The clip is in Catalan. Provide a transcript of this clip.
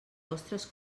vostres